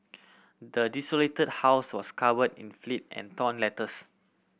the desolated house was covered in filth and torn letters